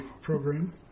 program